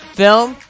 film